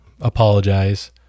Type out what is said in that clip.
apologize